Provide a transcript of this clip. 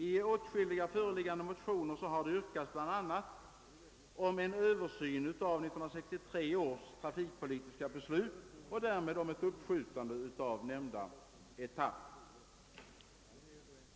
I åtskilliga av de föreliggande motionerna yrkas det bl.a. på en översyn av 1963 års trafikpolitiska beslut och därmed på ett uppskjutande av den tredje etappen.